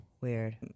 Weird